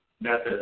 methods